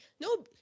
No